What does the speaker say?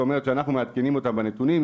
זאת אומרת שאנחנו מעדכנים אותם בנתונים,